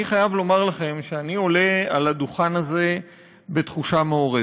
אני חייב לומר לכם שאני עולה על הדוכן הזה בתחושה מעורבת.